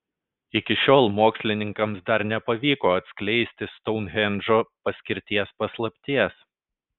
iki šiol mokslininkams dar nepavyko atskleisti stounhendžo paskirties paslapties